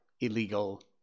illegal